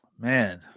Man